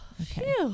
Okay